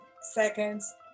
seconds